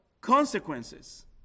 consequences